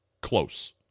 close